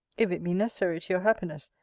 if it be necessary to your happiness,